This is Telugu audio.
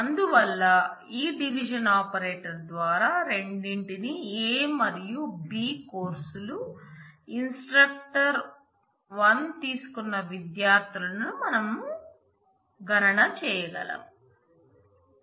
అందువల్ల ఈ డివిజన్ ఆపరేషన్ ద్వారా రెండింటిని a మరియు b కోర్సులు ఇన్ స్ట్రక్టర్ 1 తీసుకున్న విద్యార్థులను మనం గణన చేయగలం